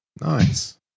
Nice